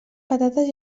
patates